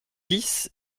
dix